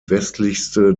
westlichste